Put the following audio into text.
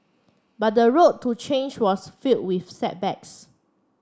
but the road to change was fill with setbacks